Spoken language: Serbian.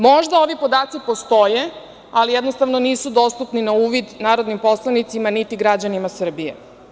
Možda ovi podaci postoje, ali, jednostavno, nisu dostupni na uvid narodnim poslanicima, niti građanima Srbije.